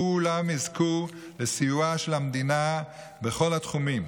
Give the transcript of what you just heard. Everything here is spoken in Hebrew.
כולם יזכו לסיועה של המדינה בכל התחומים.